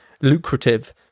lucrative